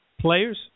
Players